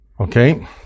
Okay